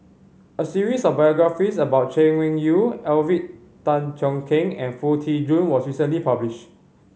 a series of biographies about Chay Weng Yew Alvin Tan Cheong Kheng and Foo Tee Jun was recently published